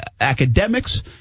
academics